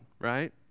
right